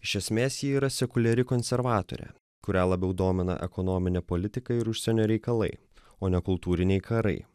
iš esmės ji yra sekuliari konservatorė kurią labiau domina ekonominė politika ir užsienio reikalai o ne kultūriniai karai